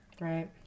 right